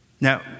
Now